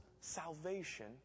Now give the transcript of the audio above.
salvation